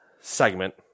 segment